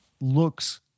looks